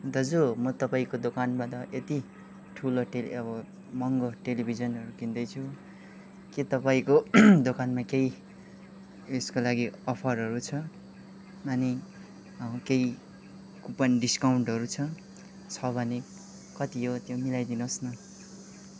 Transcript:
दाजु म तपाईँको दोकानबाट यति ठुलो टेली अब महँगो टेलिभिजनहरू किन्दैछु के तपाईँको दोकानमा केही यसको लागि अफरहरू छ अनि केही कुपन डिस्कउन्टहरू छ छ भने कति हो त्यो मिलाइदिनुहोस् न